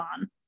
on